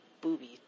boobies